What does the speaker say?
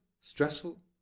stressful